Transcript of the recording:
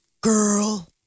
Girl